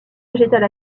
végétale